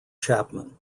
chapman